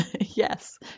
Yes